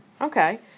Okay